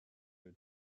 your